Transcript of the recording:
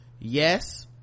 Yes